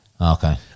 Okay